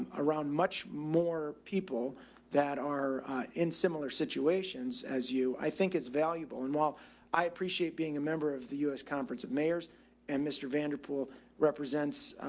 around much more people that are in similar situations as you, i think it's valuable. and while i appreciate being a member of the us conference of mayors and mr vanderpool represents,